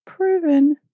Proven